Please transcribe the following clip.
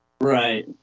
Right